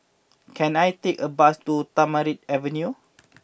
can I take a bus to Tamarind Avenue